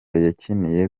yakiniye